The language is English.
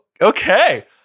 Okay